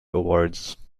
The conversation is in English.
awards